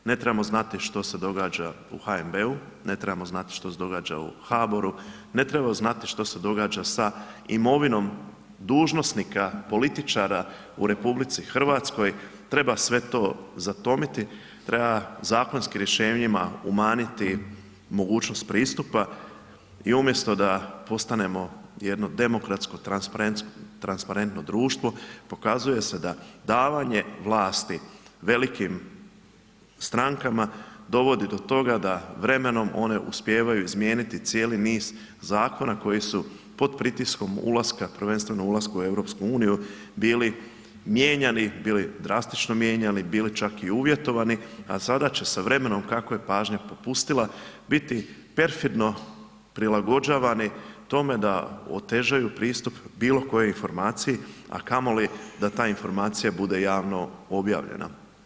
Ne trebamo znati što se događa u HNB-u, ne trebamo znati što se događa u HBOR-u, ne treba znati što se događa sa imovinom dužnosnika, političara u RH, treba sve to zatomiti, treba zakonskim rješenjima umanjiti mogućnost pristupa i umjesto da postanemo jedno demokratsko transparentno društvo, pokazuje da davanje vlasti velikim strankama dovodi do toga da vremenom one uspijevaju izmijeniti cijeli niz zakona koji su pod pritiskom ulaska prvenstveno ulaska u EU bili mijenjani, bili drastično mijenjani, bili čak i uvjetovani a sada će se vremenom kako je pažnja popustila biti perfidno prilagođavani tome da otežaju pristup bilokojoj informaciji a kamoli da ta informacija bude javno objavljena.